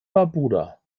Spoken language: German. barbuda